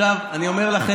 אצלם.